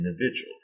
individual